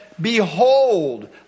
behold